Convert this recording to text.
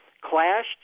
clashed